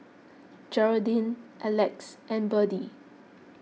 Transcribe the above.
Geraldine Elex and Berdie